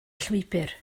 llwybr